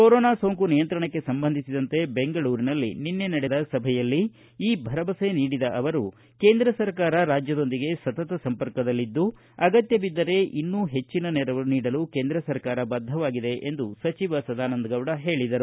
corona ಸೋಂಕು ನಿಯಂತ್ರಣಕ್ಕೆ ಸಂಬಂಧಿಸಿದಂತೆ ನಿನ್ನೆ ಬೆಂಗಳೂರಿನಲ್ಲಿ ನಿನ್ನೆ ನಡೆದ ಸಭೆಯಲ್ಲಿ ಈ ಭರವಸೆ ನೀಡಿದ ಅವರು ಕೇಂದ್ರ ಸರ್ಕಾರ ರಾಜ್ಯದೊಂದಿಗೆ ಸತತ ಸಂಪರ್ಕದಲ್ಲಿದ್ದು ಅಗತ್ತ ಬಿದ್ದರೆ ರಾಜ್ಯಕ್ಕೆ ಇನ್ನೂ ಹೆಜ್ಜಿನ ನೆರವು ನೀಡಲು ಕೇಂದ್ರ ಸರ್ಕಾರ ಬದ್ದವಾಗಿದೆ ಎಂದು ಸಚಿವ ಸದಾನಂದಗೌಡ ಹೇಳಿದರು